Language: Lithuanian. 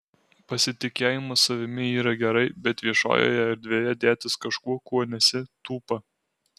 pasitikėjimas savimi yra gerai bet viešojoje erdvėje dėtis kažkuo kuo nesi tūpa